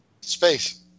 Space